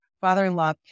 father-in-law